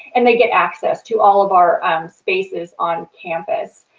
and they get access to all of our spaces on campus.